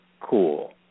cool